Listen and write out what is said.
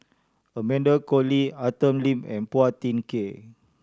Amanda Koe Lee Arthur Lim and Phua Thin Kiay